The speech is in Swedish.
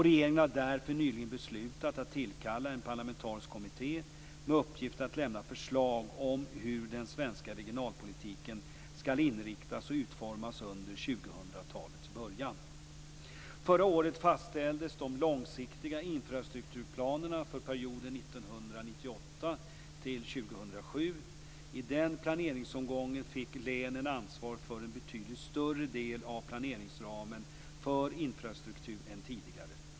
Regeringen har därför nyligen beslutat att tillkalla en parlamentarisk kommitté med uppgift att lämna förslag om hur den svenska regionalpolitiken skall inriktas och utformas under 2000-talets början. Förra året fastställdes de långsiktiga infrastrukturplanerna för perioden 1998-2007. I den planeringsomgången fick länen ansvar för en betydligt större del av planeringsramen för infrastruktur än tidigare.